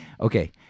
Okay